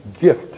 gift